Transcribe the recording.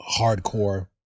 hardcore